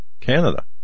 Canada